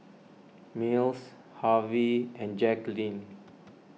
Mills Harvie and Jacqulyn